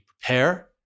prepare